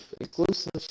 exclusive